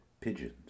pigeons